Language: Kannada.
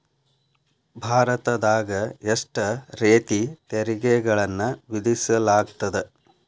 ಭಾರತದಾಗ ಎಷ್ಟ ರೇತಿ ತೆರಿಗೆಗಳನ್ನ ವಿಧಿಸಲಾಗ್ತದ?